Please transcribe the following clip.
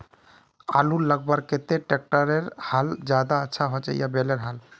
आलूर लगवार केते ट्रैक्टरेर हाल ज्यादा अच्छा होचे या बैलेर हाल?